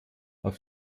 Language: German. auf